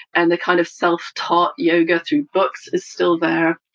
and the kind of self-taught yoga through books is still there,